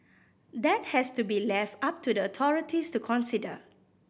that has to be left up to the authorities to consider